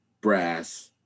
brass